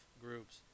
groups